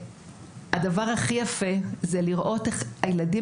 הדבר הכי יפה הוא לראות איך הילדים